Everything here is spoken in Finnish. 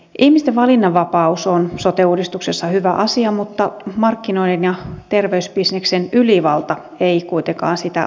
ihmisten valinnanvapaus on sote uudistuksessa hyvä asia mutta markkinoiden ja terveysbisneksen ylivalta ei kuitenkaan sitä ole